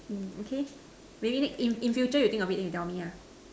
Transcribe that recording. okay maybe next in future you think about it then you tell me